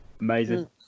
Amazing